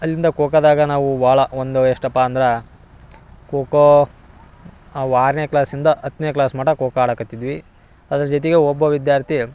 ಅಲ್ಲಿಂದ ಖೋಖೋದಾಗ ನಾವು ಭಾಳ ಒಂದು ಎಷ್ಟಪ್ಪ ಅಂದ್ರ ಖೋಖೋ ಅವ ಆರನೇ ಕ್ಲಾಸಿಂದ ಹತ್ತನೇ ಕ್ಲಾಸ್ ಮಟ್ಟ ಖೋಖೋ ಅಡಕತ್ತಿದ್ವಿ ಅದ್ರ ಜೊತೆಗೆ ಒಬ್ಬ ವಿದ್ಯಾರ್ಥಿ